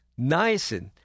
niacin